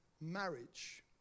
marriage